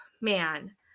Man